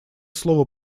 слово